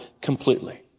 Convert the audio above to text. completely